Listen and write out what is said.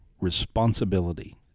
responsibility